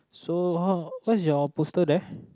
so how what's your poster there